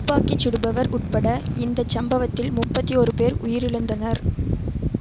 துப்பாக்கி சுடுபவர் உட்பட இந்தச் சம்பவத்தில் முப்பத்தி ஒரு பேர் உயிரிழந்தனர்